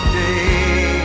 day